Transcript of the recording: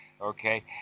okay